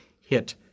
hit